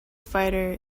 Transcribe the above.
fighter